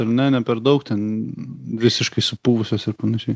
ar ne ne per daug ten visiškai supuvusios ir panašiai